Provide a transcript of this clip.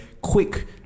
quick